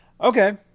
Okay